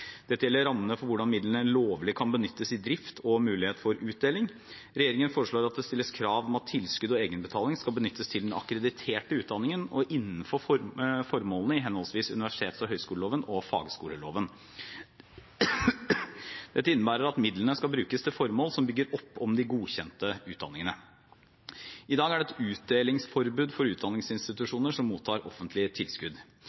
Dette gjelder rammene for hvordan midlene lovlig kan benyttes i drift og mulighet for utdeling. Regjeringen foreslår at det stilles krav om at tilskudd og egenbetaling skal benyttes til den akkrediterte utdanningen og innenfor formålene i henholdsvis universitets- og høyskoleloven og fagskoleloven. Dette innebærer at midlene skal brukes til formål som bygger opp om de godkjente utdanningene. I dag er det et utdelingsforbud for